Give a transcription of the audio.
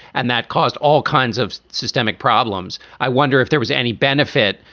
and that caused all kinds of systemic problems. i wonder if there was any benefit,